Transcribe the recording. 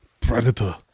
Predator